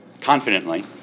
confidently